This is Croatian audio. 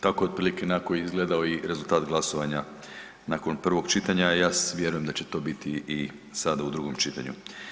Tako otprilike nekako je izgledao i rezultat glasovanja nakon prvog čitanja, a vjerujem da će to biti i sada u drugom čitanju.